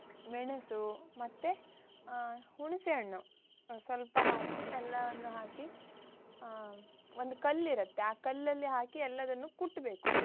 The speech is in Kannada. ಮೆಣಸು ಮತ್ತು ಹುಣಸೆಹಣ್ಣು ಸ್ವಲ್ಪ ಹಾಕಿ ಎಲ್ಲವನ್ನು ಹಾಕಿ ಒಂದು ಕಲ್ಲಿರುತ್ತೆ ಆ ಕಲ್ಲಲ್ಲಿ ಹಾಕಿ ಎಲ್ಲವನ್ನೂ ಕುಟ್ಟಬೇಕು